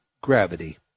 gravity